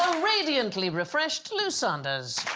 ah radiantly refreshed lusanders